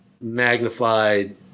magnified